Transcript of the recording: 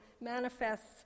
manifests